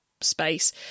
space